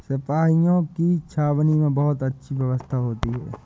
सिपाहियों की छावनी में बहुत अच्छी व्यवस्था होती है